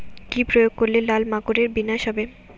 কি প্রয়োগ করলে লাল মাকড়ের বিনাশ হবে?